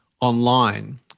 online